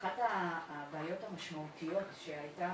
אחת הבעיות המשמעותיות שהייתה